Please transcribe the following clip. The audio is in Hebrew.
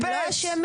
הם לא אשמים.